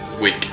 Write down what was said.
week